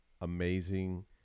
amazing